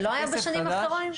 שלא היה בשנים הקודמות?